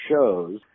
shows